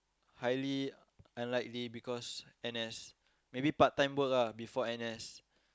highly unlikely because N_S maybe part time work lah before N_S